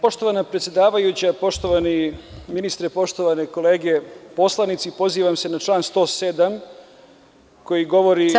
Poštovana predsedavajuća, poštovani ministre, poštovane kolege poslanici, pozivam se na član 107. koji govori o dostojanstvu…